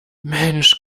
mensch